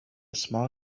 small